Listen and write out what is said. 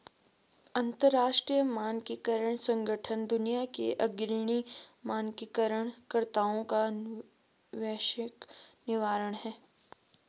अंतर्राष्ट्रीय मानकीकरण संगठन दुनिया के अग्रणी मानकीकरण कर्ताओं का वैश्विक नेटवर्क है